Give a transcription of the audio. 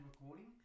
recording